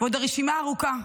ועוד הרשימה ארוכה,